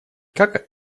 как